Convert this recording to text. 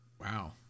Wow